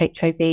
HIV